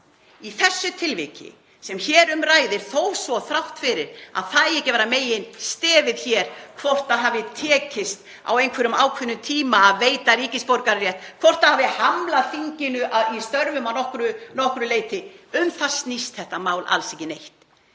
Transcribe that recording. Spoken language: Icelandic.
Í þessu tilviki sem hér um ræðir, þrátt fyrir að það eigi ekki að vera meginstefið hér hvort það hafi tekist á einhverjum ákveðnum tíma að veita ríkisborgararétt, hvort það hafi hamlað þinginu í störfum þess að nokkru leyti, um það snýst þetta mál alls ekki neitt